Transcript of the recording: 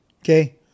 okay